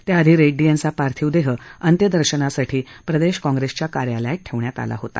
त्याआधी रेड्डी यांचा पार्थिव देह अंत्यदर्शनासाठी प्रदेशकाँग्रेसच्या कार्यालयात ठेवला होता